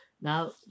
Now